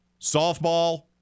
Softball